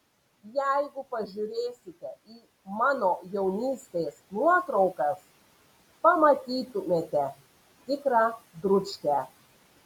jeigu pažiūrėsite į mano jaunystės nuotraukas pamatytumėte tikrą dručkę